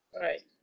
Right